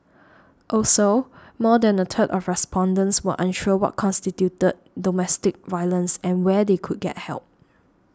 also more than a third of respondents were unsure what constituted domestic violence and where they could get help